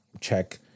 check